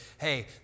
hey